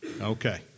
Okay